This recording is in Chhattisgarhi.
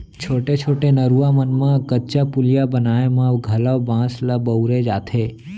छोटे छोटे नरूवा मन म कच्चा पुलिया बनाए म घलौ बांस ल बउरे जाथे